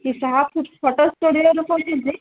ସାହାପୁର ଫୋଟ ସ୍ଟୁଡ଼ିଓରୁ କହୁଛନ୍ତି